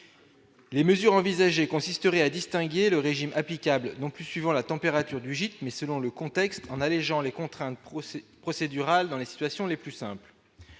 les mesures envisagées consisterait à distinguer le régime applicable non plus, suivant la température du gîte mais selon le contexte, en allégeant les contraintes procès procédurale dans les situations les plus simples,